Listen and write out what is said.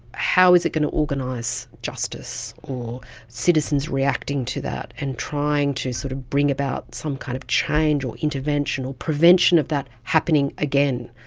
how is it going to organise justice or citizens reacting to that and trying to sort of bring about some kind of change or intervention or prevention of that happening again?